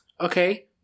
Okay